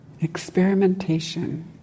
Experimentation